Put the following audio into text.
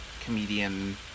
comedian